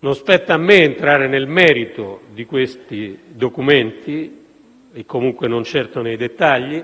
Non spetta a me entrare nel merito di questi documenti, e comunque non certo nei dettagli,